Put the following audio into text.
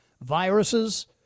Viruses